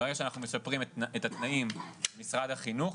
ברגע שאנחנו משפרים את התנאים במשרד החינוך,